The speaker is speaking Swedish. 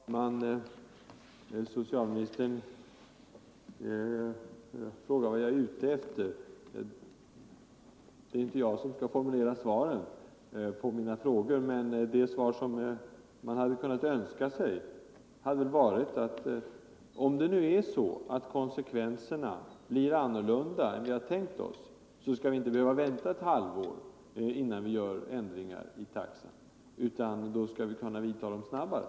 Herr talman! Socialministern frågade vad jag är ute efter. Det är visserligen inte jag som skall formulera svaren på mina frågor, men ett svar jag hade kunnat önska mig hade varit att om det nu är så, att konsekvenserna blir annorlunda än vi har tänkt oss, skall vi inte behöva vänta ett halvår innan vi gör ändringar i taxan, utan då skall vi kunna vidta dem snabbare.